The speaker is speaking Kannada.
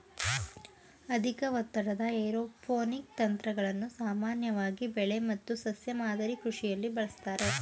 ಅಧಿಕ ಒತ್ತಡದ ಏರೋಪೋನಿಕ್ ತಂತ್ರಗಳನ್ನು ಸಾಮಾನ್ಯವಾಗಿ ಬೆಳೆ ಮತ್ತು ಸಸ್ಯ ಮಾದರಿ ಕೃಷಿಲಿ ಬಳಸ್ತಾರೆ